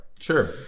Sure